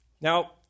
Now